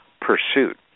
pursuit